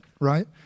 right